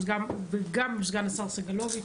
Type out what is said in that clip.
וגם סגן השר סגלוביץ'.